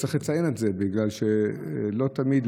צריך לציין את זה בגלל שלא תמיד,